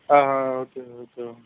okay okay